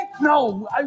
No